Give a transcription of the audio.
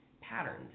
patterns